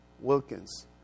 Wilkins